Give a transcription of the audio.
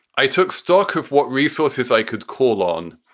i took stock of what resources i could call on.